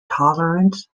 tolerance